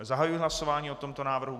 Zahajuji hlasování o tomto návrhu.